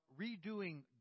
redoing